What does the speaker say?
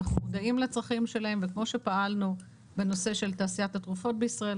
אנחנו מודעים לצרכים שלהם וכמו שפעלנו בנושא של תעשיית התרופות בישראל,